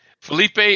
Felipe